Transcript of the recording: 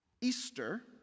Easter